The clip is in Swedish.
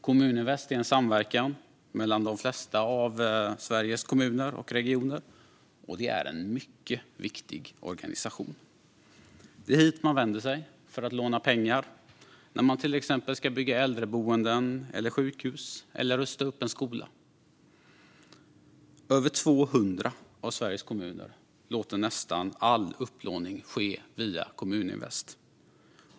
Kommuninvest är en samverkan mellan de flesta av Sveriges kommuner och regioner, och det är en mycket viktig organisation. Det är hit man vänder sig för att låna pengar när man till exempel ska bygga äldreboenden eller sjukhus eller rusta upp en skola. Över 200 av Sveriges kommuner låter nästan all upplåning ske via Kommuninvest.